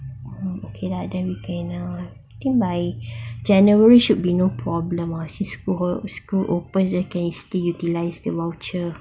oh okay lah then we can uh I think by january should be no problem ah since school ope~ school opened can still utilise the voucher